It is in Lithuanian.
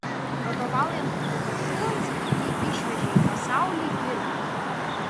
vadovaujant kgb šulams jį išvežė į pasaulį girtis